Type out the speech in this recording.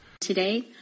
Today